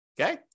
Okay